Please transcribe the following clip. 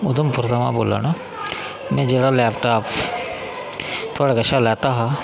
उधमपुर थमां बोल्ला नां में जेह्ड़ा लैप टाप थुआढ़े कशा लैता हा